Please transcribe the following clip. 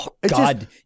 God